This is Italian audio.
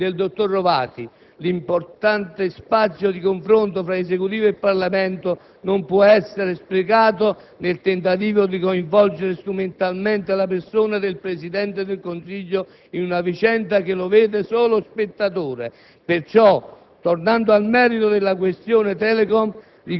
di *gossip*, né di responsabilità presunte del dottor Rovati. L'importante spazio di confronto fra Esecutivo e Parlamento non può essere sprecato nel tentativo di coinvolgere strumentalmente la persona del Presidente del Consiglio in una vicenda che lo vede solo spettatore!